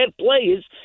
players